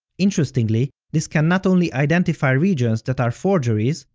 interestingly, this can not only identify regions that are forgeries,